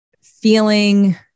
feeling